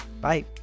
bye